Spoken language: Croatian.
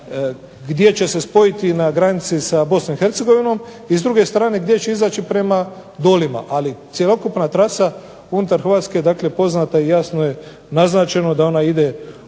gdje će se spojiti na granici sa BiH i s druge strane gdje će izaći prema Dolima. Ali cjelokupna trasa unutar Hrvatske je dakle poznata i jasno je naznačeno da ona ide